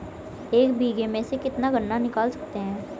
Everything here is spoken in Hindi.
एक बीघे में से कितना गन्ना निकाल सकते हैं?